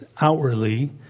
outwardly